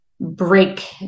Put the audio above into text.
break